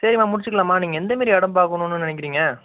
சரிம்மா முடிச்சுக்கலாம்மா நீங்கள் எந்தமாரி எடம் பாக்கணும்னு நினைக்கிறீங்க